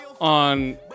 on